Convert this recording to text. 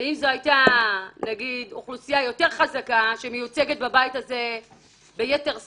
אם זאת היתה אוכלוסייה יותר חזקה שמיוצגת בבית הזה ביתר שאת,